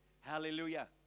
Hallelujah